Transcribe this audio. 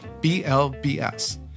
BLBS